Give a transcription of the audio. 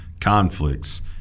conflicts